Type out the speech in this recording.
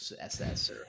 SS